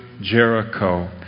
Jericho